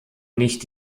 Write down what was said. nicht